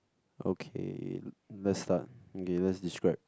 okay let's start okay let's describe